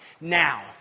Now